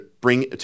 bring